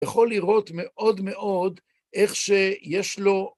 יכול לראות מאוד מאוד איך שיש לו...